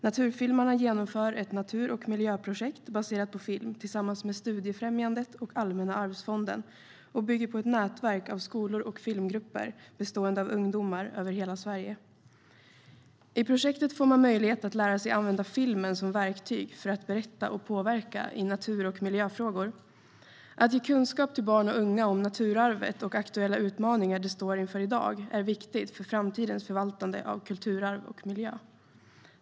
Naturfilmarna genomför ett natur och miljöprojekt baserat på film tillsammans med Studiefrämjandet och Allmänna arvsfonden, och det bygger på ett nätverk av skolor och filmgrupper bestående av ungdomar över hela Sverige. I projektet får man lära sig att använda filmen som verktyg för att berätta och påverka i natur och miljöfrågor. Att ge kunskap till barn och unga om naturarvet och aktuella utmaningar som det står inför i dag är viktigt för framtidens förvaltande av kulturarv och miljö.